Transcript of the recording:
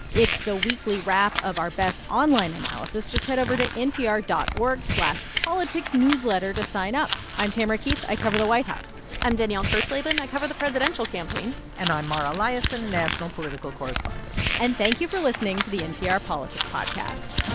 it's the weekly wrap of our best online analysis. just head over to npr dot org slash politicsnewsletter to sign up. i'm tamara keith. i cover the white house i'm danielle kurtzleben. i cover the presidential campaign and i'm mara liasson, national political correspondent and thank you for listening to the npr politics podcast